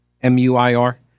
M-U-I-R